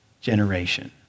generation